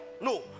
no